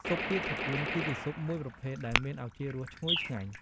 ស៊ុបទាត្រកួនគឺជាស៊ុបមួយប្រភេទដែលមានឱជារសឈ្ងុយឆ្ងាញ់។